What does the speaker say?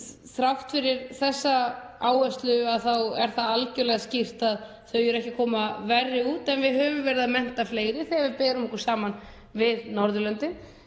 þrátt fyrir þessa áherslu þá er það algjörlega skýrt að þau eru ekki að koma verr út. Við höfum verið að mennta fleiri í þessum greinum þegar við berum okkur saman við Norðurlöndin